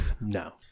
No